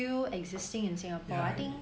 yeah